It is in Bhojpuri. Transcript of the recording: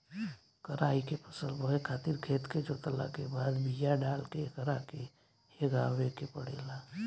कराई के फसल बोए खातिर खेत के जोतला के बाद बिया डाल के एकरा के हेगावे के पड़ेला